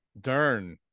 Dern